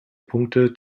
punkte